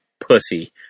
pussy